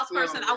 person